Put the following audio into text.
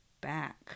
back